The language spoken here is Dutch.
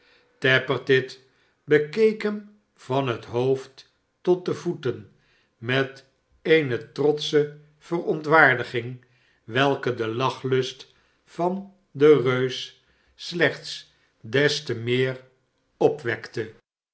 tappertit bekeek hem van het hoofd tot de voeten met eene trotsche veronlwaardiging welke den lachlust van den reus slechts des te ppm barnaby rudge meer opwekte